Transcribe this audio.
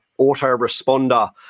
autoresponder